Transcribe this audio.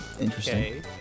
Interesting